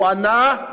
הוא ענה: